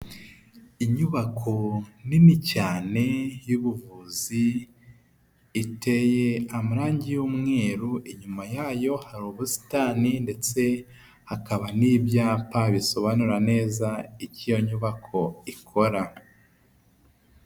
Inyubako nini cyane y'ubuvuzi iteye amarangi y'umweru, inyuma yayo hari ubusitani ndetse hakaba n'ibyapa bisobanura neza icyo iyo nyubako ikora.